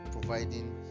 providing